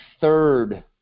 third